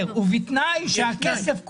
ובתנאי שהכסף כולו,